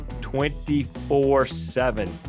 24-7